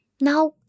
Now